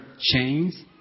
chains